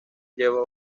lleva